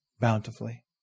Bountifully